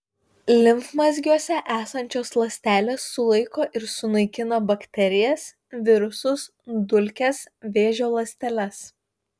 limfmazgiuose esančios ląstelės sulaiko ir sunaikina bakterijas virusus dulkes vėžio ląsteles